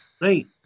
Right